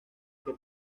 que